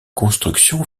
construction